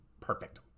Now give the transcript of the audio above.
perfect